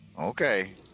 okay